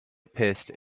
pierced